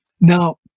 Now